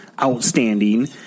outstanding